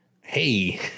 Hey